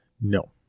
No